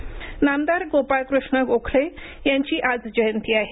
गोखले जयंती नामदार गोपाळ कृष्ण गोखले यांची आज जयंती आहे